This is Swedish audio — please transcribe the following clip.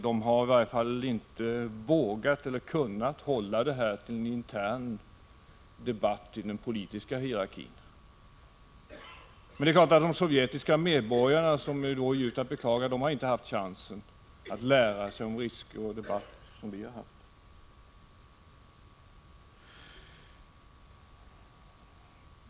De har i varje fall inte vågat eller kunnat hålla frågan som en intern debattfråga i den politiska hierarkin. Men det är klart att de sovjetiska medborgarna, som är att djupt beklaga, inte har haft chansen att lära sig något om kärnkraftens risker, eftersom de inte har haft den debatt som vi har haft.